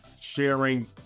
sharing